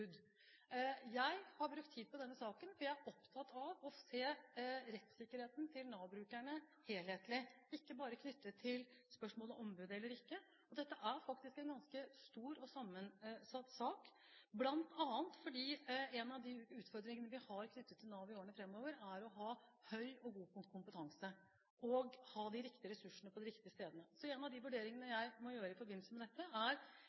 Jeg har brukt tid på denne saken, for jeg er opptatt av å se rettssikkerheten til Nav-brukerne helhetlig, ikke bare knyttet til spørsmålet om ombud eller ikke. Dette er faktisk en ganske stor og sammensatt sak, bl.a. fordi en av de utfordringene vi har knyttet til Nav i årene framover, er å ha høy og god kompetanse og å ha de riktige ressursene på de riktige stedene. Så en av de vurderingene jeg må gjøre i forbindelse med dette, er